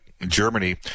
Germany